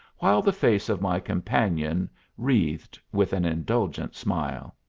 while the face of my companion wreathed with an indulgent smile.